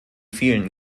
vielen